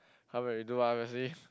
help us redo ah Wesley